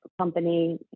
company